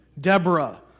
Deborah